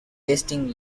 wasting